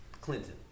Clinton